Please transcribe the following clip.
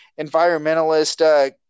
environmentalist